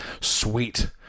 Sweet